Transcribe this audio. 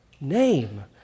name